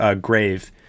grave